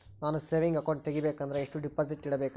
ನಾನು saving account ತೆಗಿಬೇಕಂದರ ಎಷ್ಟು ಡಿಪಾಸಿಟ್ ಇಡಬೇಕ್ರಿ?